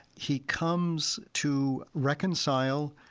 he comes to reconcile,